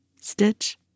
stitch